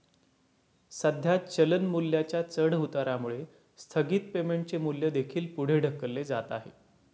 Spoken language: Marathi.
सध्या चलन मूल्याच्या चढउतारामुळे स्थगित पेमेंटचे मूल्य देखील पुढे ढकलले जात आहे